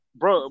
bro